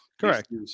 correct